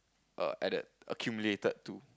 err added accumulated to